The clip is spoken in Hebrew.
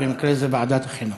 במקרה זה ועדת החינוך.